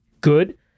good